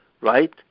right